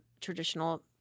traditional –